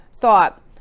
thought